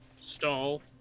stall